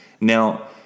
Now